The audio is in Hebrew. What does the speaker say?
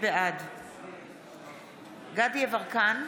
בעד דסטה גדי יברקן,